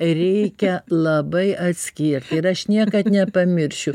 reikia labai atskirt ir aš niekad nepamiršiu